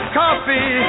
coffee